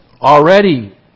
already